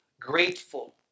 grateful